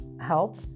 help